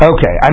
Okay